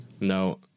no